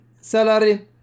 salary